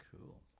Cool